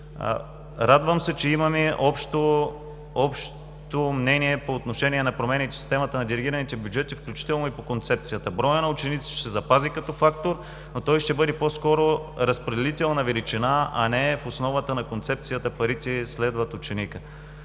Радвам се, че имаме общо мнение по отношение на промените в системата на делегираните бюджети, включително и по концепцията: броят на учениците ще се запази като фактор, но той ще бъде по-скоро разпределителна величина, а не в основата на концепцията „Парите следват ученика“.